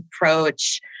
approach